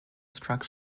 struck